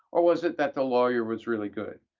or was it that the lawyer was really good?